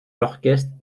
l’orchestre